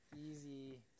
easy